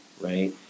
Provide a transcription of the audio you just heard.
right